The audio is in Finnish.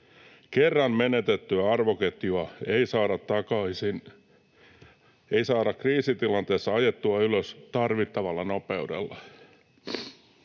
Kerran menetettyä arvoketjua ei saada kriisitilanteessa ajettua ylös tarvittavalla nopeudella.”